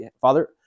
Father